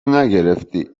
نگرفتی